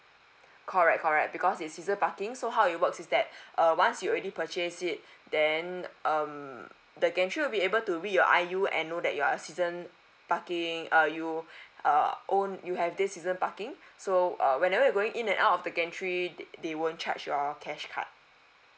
correct correct because is season parking so how it works is that uh once you already purchase it then um the gantry will be able to be read your I_U and know that you are season parking uh you uh own you have this season parking so uh whenever you're going in and out of the gantry they they won't charge your cash card